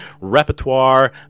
repertoire